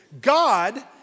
God